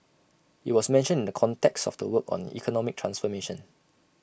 IT was mentioned in the context of the work on economic transformation